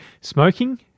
Smoking